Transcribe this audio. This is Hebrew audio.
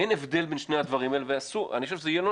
אין הבדל בין שני הדברים האלה ואני חושב שזה יהיה לא